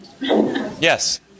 Yes